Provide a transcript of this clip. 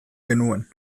genuen